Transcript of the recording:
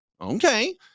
Okay